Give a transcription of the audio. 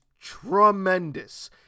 tremendous